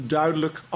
duidelijk